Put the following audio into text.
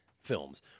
films